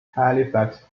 halifax